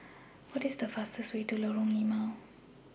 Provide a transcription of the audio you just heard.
What IS The fastest Way to Lorong Limau